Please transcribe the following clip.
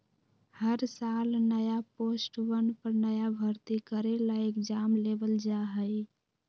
हर साल नया पोस्टवन पर नया भर्ती करे ला एग्जाम लेबल जा हई